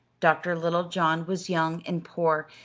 dr. littlejohn was young and poor,